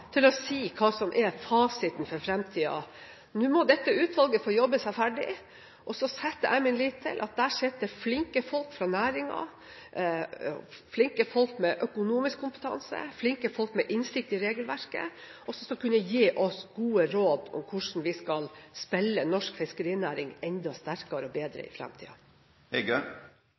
å si hva som er fasiten for fremtiden. Nå må dette utvalget få jobbe seg ferdig, og så setter jeg min lit til at det sitter flinke folk fra næringen, flinke folk med økonomisk kompetanse og flinke folk med innsikt i regelverket der, som skal kunne gi oss gode råd om hvordan vi skal spille norsk fiskerinæring enda sterkere og bedre i